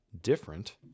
different